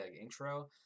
intro